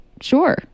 sure